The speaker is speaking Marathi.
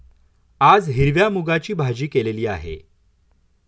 आज हिरव्या मूगाची भाजी केलेली आहे